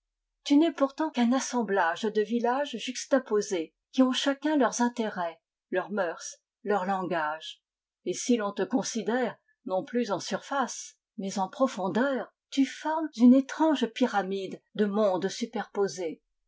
tu n'es pourtant qu'un assemblage de villages juxtaposés qui ont chacun leurs intérêts leurs mœurs leur langage et si l'on te considère non plus en surface mais en profondeur tu formes une étrange pyramide de mondes superposés